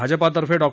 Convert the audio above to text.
भाजपातर्फे डॉ